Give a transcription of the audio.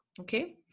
okay